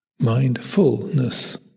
Mindfulness